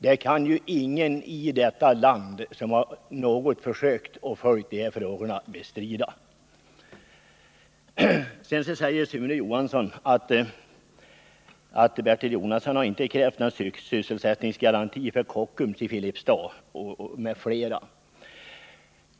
Det kan ingen i detta land som något har försökt att följa de frågorna bestrida. Sedan säger Sune Johansson att Bertil Jonasson inte har krävt någon sysselsättningsgaranti för Kockums i Filipstad m.fl.